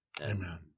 Amen